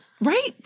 Right